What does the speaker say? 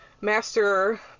master